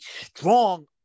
strong